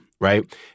Right